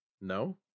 No